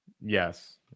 Yes